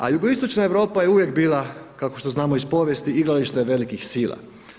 A jugoistočna Europa je uvijek bila kako što znamo iz povijesti, igralište velikih sila.